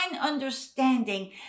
understanding